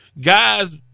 guys